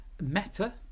Meta